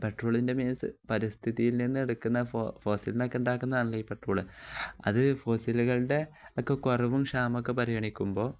പെട്രോളിൻ്റെ മീൻസ് പരിസ്ഥിതിയിൽ നിന്ന് എടുക്കുന്ന ഫോസലിൽ നിന്നൊക്കെ ഉണ്ടാക്കുന്നതന്നല്ല ഈ പെട്രോള് അത് ഫോസിലുകളുടെ ഒക്കെ കുറവും ക്ഷാമമൊക്കെ പരിഗണിക്കുമ്പോൾ